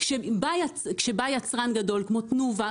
כשבא יצרן גדול כמו תנובה,